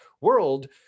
world